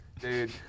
Dude